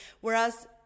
Whereas